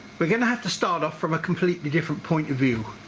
we're going to have to start off from a completely different point of view.